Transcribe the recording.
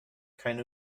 keine